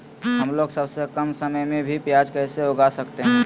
हमलोग सबसे कम समय में भी प्याज कैसे उगा सकते हैं?